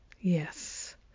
Yes